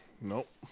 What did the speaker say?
Nope